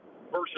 versus